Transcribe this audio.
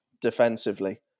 defensively